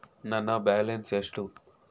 ನನ್ನ ಬ್ಯಾಲೆನ್ಸ್ ಎಷ್ಟು?